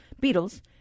beetles